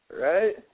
Right